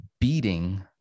beating